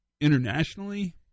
internationally